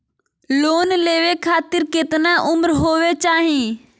Loan लेवे खातिर केतना उम्र होवे चाही?